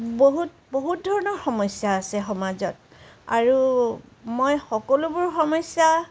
বহুত বহুত ধৰণৰ সমস্যা আছে সমাজত আৰু মই সকলোবোৰ সমস্যা